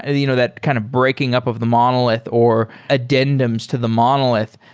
ah you know that kind of breaking up of the monolith or addendums to the monolith.